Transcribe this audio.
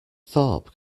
thorpe